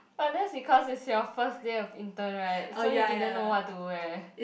but that's because is your first day of intern [right] so you didn't know what to wear